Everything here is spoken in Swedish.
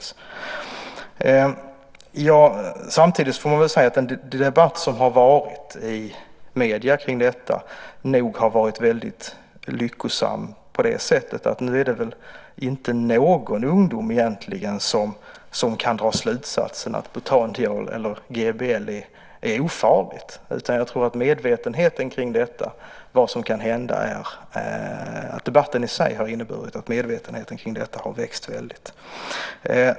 Samtidigt får man väl säga att den debatt som har varit i medierna kring detta nog har varit väldigt lyckosam på det sättet att det nu väl egentligen inte är någon ungdom som kan dra slutsatsen att butandiol eller GBL är ofarligt. Jag tror att debatten i sig har inneburit att medvetenheten om detta har växt väldigt.